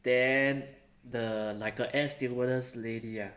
then the like a air stewardess lady ah